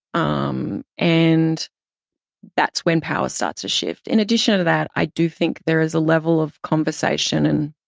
um and that's when power starts to shift. in addition to that, i do think there is a level of conversation and